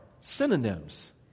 synonyms